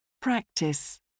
Practice